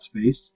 space